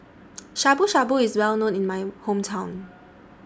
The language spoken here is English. Shabu Shabu IS Well known in My Hometown